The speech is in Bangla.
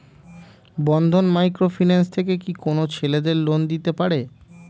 বন্ধন মাইক্রো ফিন্যান্স থেকে কি কোন ছেলেদের লোন দিতে পারে?